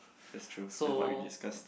that's true that's what we discussed